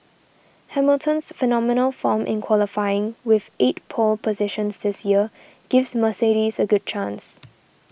Hamilton's phenomenal form in qualifying with eight pole positions this year gives Mercedes a good chance